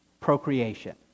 procreation